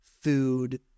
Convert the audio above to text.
food